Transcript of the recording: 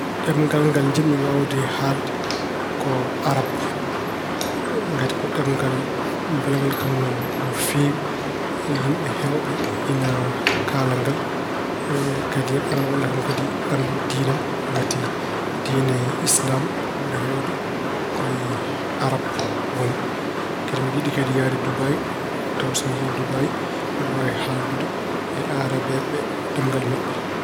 Ɗemngal ngal jiɗmi waawde haalde ko Arab. Ngati ko ɗemngal mbelngal kam no feewi. Yimɓe heewɓe ina kaala ngal. Kadi angal walla kam kadi anndude diina am ngati diine Islaam ko ɓuri heewde ko e Arab woni. Kadi mbeɗa kadi yiɗi yahde Dubayi. Tawa so mi yehii Dubayi mbeɗa waawi haaldude e arabeeɓe ɓe e ɗemngal maɓɓe.